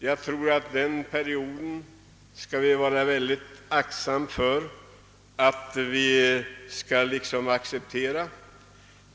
Jag tror att vi skall vara väldigt tacksamma för att det ännu ej gått så långt.